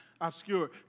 obscure